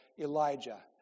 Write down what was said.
Elijah